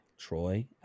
Troy